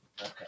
Okay